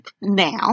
now